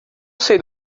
sei